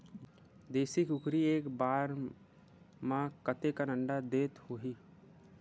देशी कुकरी एक बार म कतेकन अंडा देत होही?